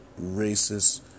Racist